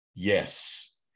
Yes